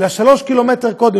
אלא שלושה קילומטרים קודם,